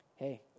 Hey